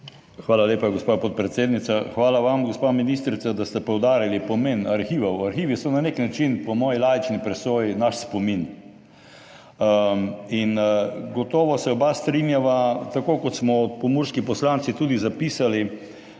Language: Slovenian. Hvala lepa, gospa podpredsednica. Hvala vam, gospa ministrica, da ste poudarili pomen arhivov. Arhivi so na nek način po moji laični presoji naš spomin. In gotovo se oba strinjava, tako kot smo pomurski poslanci tudi zapisali,